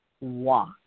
walk